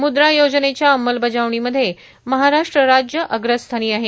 मुद्रा योजनेच्या अंमलबजावणी मध्ये महाराष्ट्र राज्य अग्रस्थानी आहे